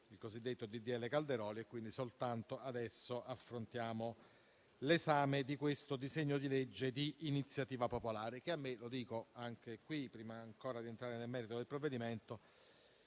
di legge Calderoli e quindi soltanto adesso affrontiamo l'esame di questo disegno di legge di iniziativa popolare che a me - lo dico anche qui, prima ancora di entrare nel merito del provvedimento